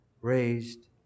raised